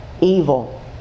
evil